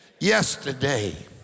Yesterday